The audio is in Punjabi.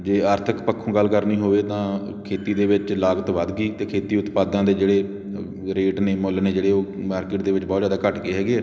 ਜੇ ਆਰਥਿਕ ਪੱਖੋਂ ਗੱਲ ਕਰਨੀ ਹੋਵੇ ਤਾਂ ਖੇਤੀ ਦੇ ਵਿੱਚ ਲਾਗਤ ਵੱਧ ਗਈ ਅਤੇ ਖੇਤੀ ਉਤਪਾਦਾਂ ਦੇ ਜਿਹੜੇ ਰੇਟ ਨੇ ਮੁੱਲ ਨੇ ਜਿਹੜੇ ਉਹ ਮਾਰਕਿਟ ਦੇ ਵਿੱਚ ਬਹੁਤ ਜ਼ਿਆਦਾ ਘੱਟ ਗਏ ਹੈਗੇ ਹੈ